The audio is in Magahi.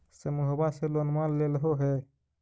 समुहवा से लोनवा लेलहो हे?